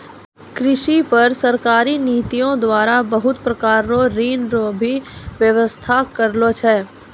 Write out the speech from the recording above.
कृषि पर सरकारी नीतियो द्वारा बहुत प्रकार रो ऋण रो भी वेवस्था करलो छै